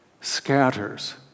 scatters